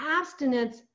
abstinence